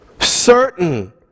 Certain